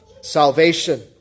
salvation